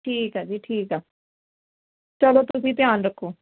ਠੀਕ ਹੈ ਜੀ ਠੀਕ ਆ ਚਲੋ ਤੁਸੀਂ ਧਿਆਨ ਰੱਖੋ